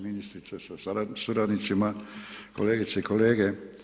ministrica sa suradnicima, kolegice i kolege.